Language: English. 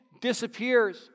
disappears